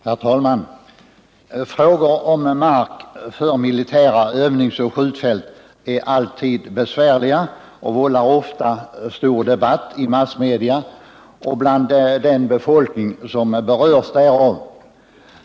Herr talman! Frågor om mark för militära övningsoch skjutfält är besvärliga och vållar ofta stor debatt i massmedia och bland den befolkning som berörs därav.